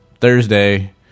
Thursday